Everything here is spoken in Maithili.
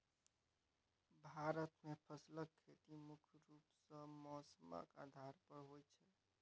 भारत मे फसलक खेती मुख्य रूप सँ मौसमक आधार पर होइ छै